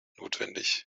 notwendig